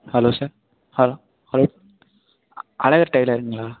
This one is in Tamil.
hello sir hello hello Azhagar டைலருங்களா